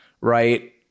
right